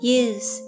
use